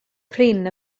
prin